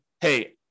hey